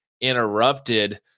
interrupted